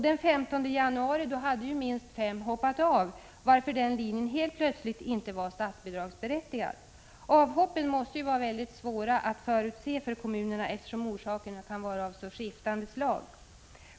Den 15 januari hade minst 5 hoppat av, varför den linjen helt plötsligt inte var statsbidragsberättigad. Avhoppen måste vara väldigt svåra att förutse för kommunerna, eftersom orsakerna kan vara av så skiftande slag.